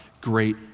great